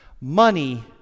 money